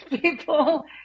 people